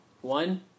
one